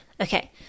Okay